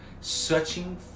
searching